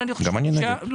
אבל אני חושב --- גם אני נגד,